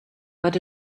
but